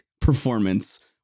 performance